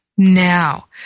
Now